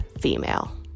female